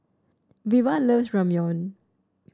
Veva loves Ramyeon